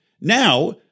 now